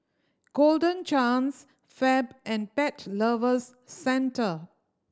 Golden Chance Fab and Pet Lovers Centre